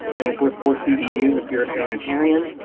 and it's worth four ceus if you're a sanitarian.